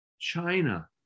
China